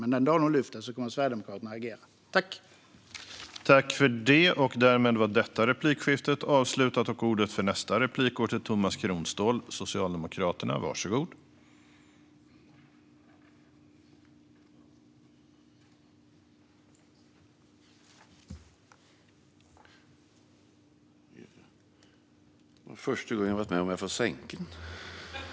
Men den dag de gör det kommer Sverigedemokraterna att agera.